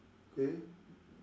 K